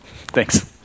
Thanks